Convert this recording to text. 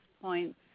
points